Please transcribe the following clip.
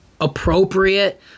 appropriate